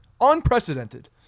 Unprecedented